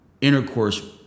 intercourse